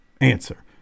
answer